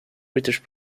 british